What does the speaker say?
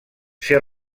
ser